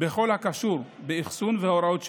בכל הקשור באחסון והוראות שימוש.